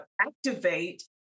activate